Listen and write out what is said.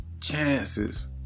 chances